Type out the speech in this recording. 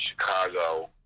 Chicago